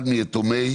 אחד מיתומי